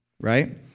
Right